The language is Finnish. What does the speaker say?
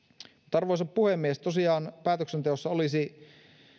arvoisa puhemies tosiaan päätöksenteossa olisi